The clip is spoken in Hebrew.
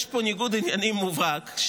יש פה ניגוד עניינים מובהק,